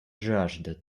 жажда